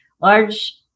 large